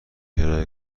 کرایه